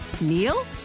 Neil